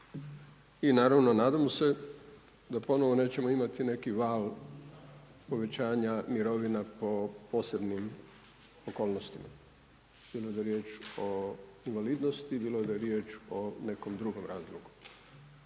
I naravno nadam se da ponovo nećemo imati neki val povećanja mirovina po posebnim okolnostima, bilo da je riječ invalidnosti, bilo da je riječ o nekom drugom razlogu.